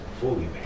fully